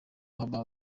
baba